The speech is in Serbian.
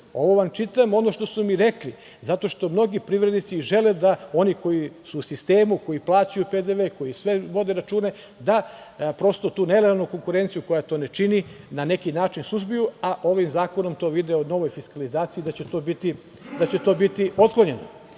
Ovo vam čitam ono što su mi rekli, zato što mnogi privrednici žele da oni koji su u sistemu, koji plaćaju PDV, koji vode računa, da prosto tu nerealnu konkurenciju koja to ne čini na neki način suzbiju, a ovim zakonom će to biti otklonjeno. Napominjem da se poreska